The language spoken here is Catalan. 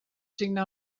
signar